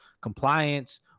compliance